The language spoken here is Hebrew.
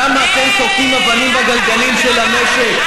כמה אתם תוקעים אבנים בגלגלים של המשק?